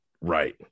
Right